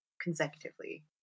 consecutively